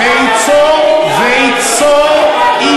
זה ייצור אי-שקט,